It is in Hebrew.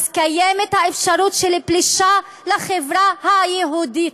ואז קיימת האפשרות של פלישה לחברה היהודית.